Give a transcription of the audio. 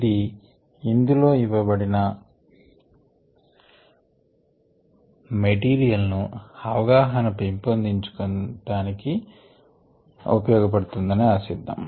ఇది ఇందులో ఇవ్వబడిన మెటిరియల్ ను అవగాహన పెంపొందించునని ఆశిద్దాం